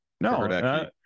no